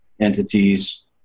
entities